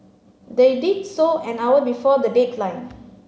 they did so an hour before the deadline